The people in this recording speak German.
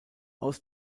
aus